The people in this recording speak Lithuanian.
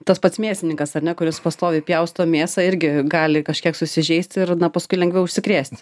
tas pats mėsininkas ar ne kuris pastoviai pjausto mėsą irgi gali kažkiek susižeisti ir paskui lengviau užsikrėsti